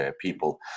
people